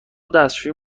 دستشویی